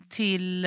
till